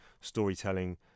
storytelling